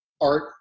art